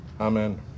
Amen